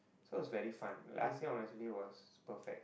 so is very fun last year honestly was perfect